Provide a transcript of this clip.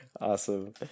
Awesome